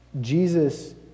Jesus